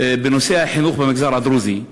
בנושא החינוך במגזר הדרוזי.